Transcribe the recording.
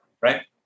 right